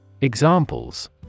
Examples